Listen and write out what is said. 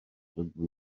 dydw